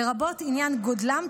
לרבות עניין גודלם,